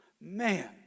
man